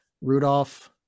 Rudolph